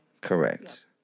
Correct